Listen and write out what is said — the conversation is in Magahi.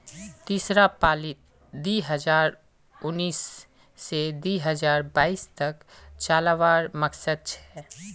तीसरा पालीत दी हजार उन्नीस से दी हजार बाईस तक चलावार मकसद छे